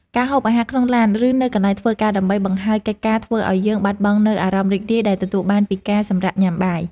ការហូបអាហារក្នុងឡាន ឬនៅកន្លែងធ្វើការ ដើម្បីបង្ហើយកិច្ចការធ្វើឲ្យយើងបាត់បង់នូវអារម្មណ៍រីករាយដែលទទួលបានពីការសម្រាកញ៉ាំបាយ។